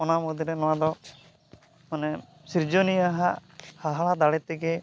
ᱚᱱᱟ ᱢᱩᱫᱽᱨᱮ ᱱᱚᱣᱟᱫᱚ ᱢᱟᱱᱮ ᱥᱤᱨᱡᱚᱱᱤᱭᱟᱹᱣᱟᱜ ᱦᱟᱦᱟᱲᱟ ᱫᱟᱲᱮ ᱛᱮᱜᱮ